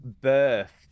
Birth